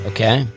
Okay